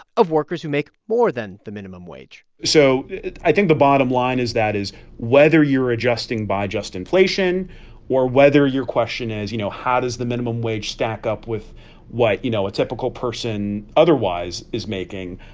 of workers who make more than the minimum wage so i think the bottom line is that is whether you're adjusting by just inflation or whether your question is, you know, how does the minimum wage stack up with what, you know, a typical person otherwise is making,